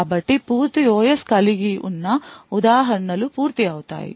కాబట్టి పూర్తి OS కలిగి ఉన్న ఉదాహరణ లు పూర్తి అవుతాయి